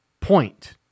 point